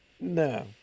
No